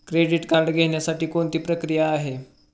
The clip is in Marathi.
क्रेडिट कार्ड घेण्यासाठी कोणती प्रक्रिया आहे?